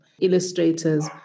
illustrators